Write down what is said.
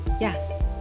yes